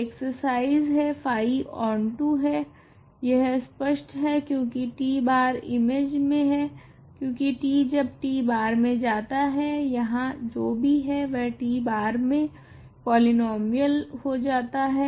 तो यह एक एक्सर्साइज़ है फाई ओंटो है यह स्पष्ट है क्योकि t bar इमेज मे है क्योकि t जब t bar मे जाता है यहाँ जो भी है वह t bar मे पॉलीनोमीयल हो जाता है